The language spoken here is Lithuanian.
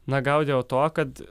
na gal dėl to kad